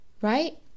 right